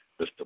Mr